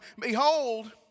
behold